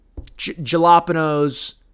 jalapenos